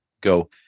go